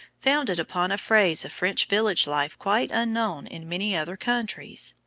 founded upon a phase of french village life quite unknown in many other countries,